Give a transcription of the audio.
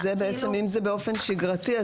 אם זה באופן שגרתי,